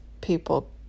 people